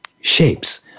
shapes